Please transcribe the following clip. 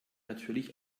natürlich